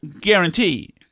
guarantee